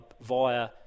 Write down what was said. via